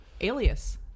Alias